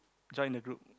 join the group